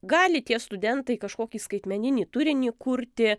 gali tie studentai kažkokį skaitmeninį turinį kurti